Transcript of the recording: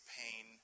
pain